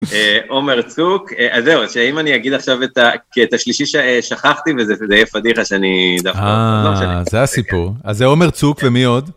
עומר צוק אז זהו שאם אני אגיד עכשיו את השלישי ששכחתי וזה יהיה פאדיחה, אה. זה הסיפור אז זה עומר צוק ומי עוד?